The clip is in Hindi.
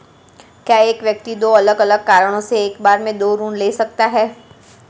क्या एक व्यक्ति दो अलग अलग कारणों से एक बार में दो ऋण ले सकता है?